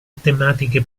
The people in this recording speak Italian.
tematiche